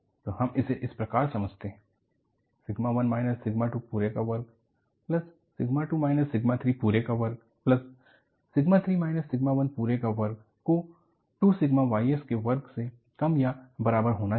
तो हम इसे इस प्रकार समझते हैं सिगमा 1 माइनस सिगमा 2 पूरे का वर्ग प्लस सिगमा 2 माइनस सिगमा 3 पूरे का वर्ग प्लस सिग्मा 3 माइनस सिगमा 1 पूरे के वर्ग को 2 सिगमा Ys के वर्ग से कम या बराबर होना चाहिए